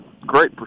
great